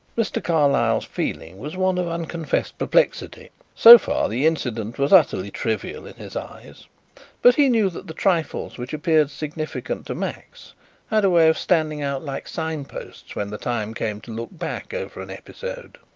mr. carlyle's feeling was one of unconfessed perplexity. so far the incident was utterly trivial in his eyes but he knew that the trifles which appeared significant to max had a way of standing out like signposts when the time came to look back over an episode.